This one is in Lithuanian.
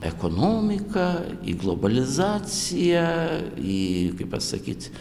ekonomiką į globalizaciją į kaip pasakyt